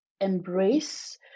embrace